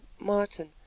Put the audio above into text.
Martin